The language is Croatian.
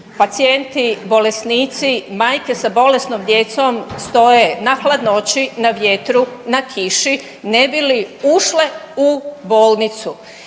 Pacijenti, bolesnici, majke sa bolesnom djecom stoje na hladnoći, na vjetru, na kiši, ne bi li ušle u bolnicu.